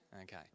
Okay